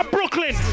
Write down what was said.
Brooklyn